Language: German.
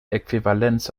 äquivalenz